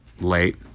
Late